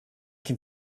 can